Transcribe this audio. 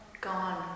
Gone